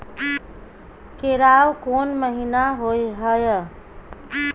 केराव कोन महीना होय हय?